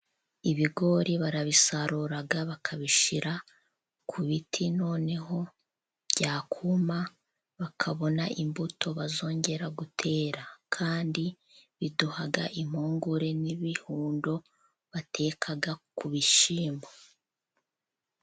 Ibigori barabisarura bakabishyira ku biti, noneho byakuma bakabona imbuto bazongera gutera, kandi biduha impungure n'ibihundo bateka ku bishyimbo.